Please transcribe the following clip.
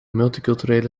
multiculturele